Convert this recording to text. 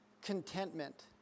contentment